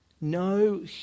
No